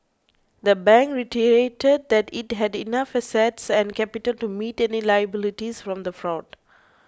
the bank reiterated that it had enough assets and capital to meet any liabilities from the fraud